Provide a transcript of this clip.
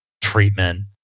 treatment